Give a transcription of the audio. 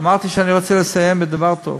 אמרתי שאני רוצה לסיים בדבר טוב.